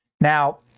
Now